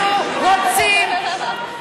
אנחנו רוצים,